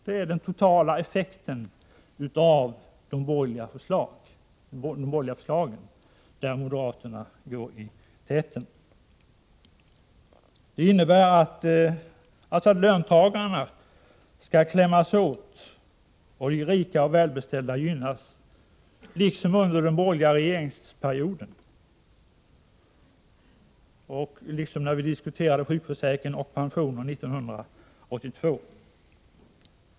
Det är den totala effekten av de borgerliga förslagen, där moderaterna går i täten. Löntagarna skall klämmas åt och de rika och välbeställda gynnas, liksom under den borgerliga regeringsperioden, liksom när vi diskuterade sjukförsäkring och pensioner 1982.